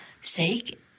sake